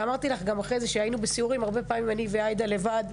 ואמרתי לך גם אחרי זה כשהיינו בסיורים הרבה פעמים אני ועאידה לבד: